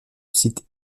cette